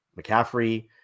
McCaffrey